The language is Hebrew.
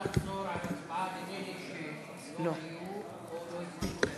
עבור אלה שלא היו או לא הצביעו.